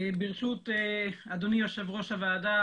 ברשות אדוני יושב ראש הוועדה,